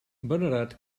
venerat